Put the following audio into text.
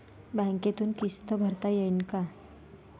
बँकेतून किस्त भरता येईन का?